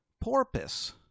porpoise